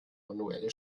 manuelle